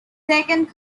second